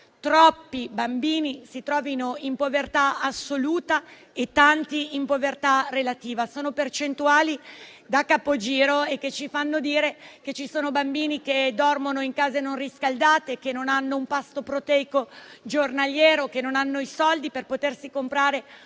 troppi bambini si trovino in povertà assoluta e tanti in povertà relativa. Sono percentuali da capogiro e che ci fanno dire che ci sono bambini che dormono in case non riscaldate, che non hanno un pasto proteico giornaliero, che non hanno i soldi per potersi comprare un libro,